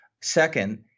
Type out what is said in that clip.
Second